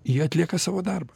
jie atlieka savo darbą